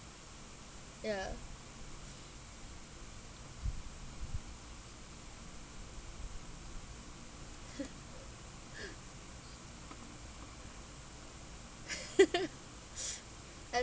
ya I